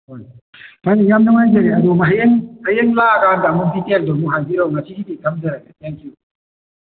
ꯍꯣꯏ ꯐꯔꯦ ꯌꯥꯝ ꯅꯨꯉꯥꯏꯖꯔꯦ ꯑꯗꯣ ꯍꯌꯦꯡ ꯍꯌꯦꯡ ꯂꯥꯛꯑꯀꯥꯟꯗ ꯑꯃꯨꯛ ꯗꯤꯇꯦꯜꯗꯨ ꯑꯗꯨꯝ ꯍꯥꯏꯕꯤꯔꯣ ꯉꯁꯤꯒꯤꯗꯤ ꯊꯝꯖꯔꯒꯦ ꯊꯦꯡ ꯀ꯭ꯌꯨ